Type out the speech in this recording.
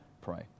pray